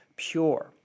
Pure